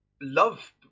love